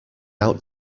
out